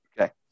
Okay